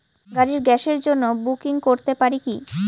বাড়ির গ্যাসের জন্য বুকিং করতে পারি কি?